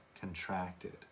contracted